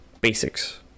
basics